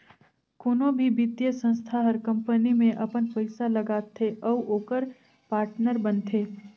कोनो भी बित्तीय संस्था हर कंपनी में अपन पइसा लगाथे अउ ओकर पाटनर बनथे